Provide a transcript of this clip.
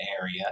area